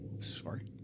sorry